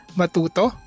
matuto